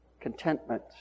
contentment